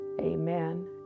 Amen